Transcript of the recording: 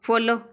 follow